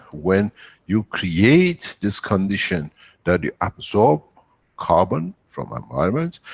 when you create this condition that you absorb carbon from environment,